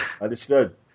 Understood